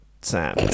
Sam